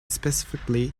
specifically